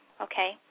okay